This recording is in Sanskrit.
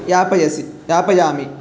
यापयसि यापयामि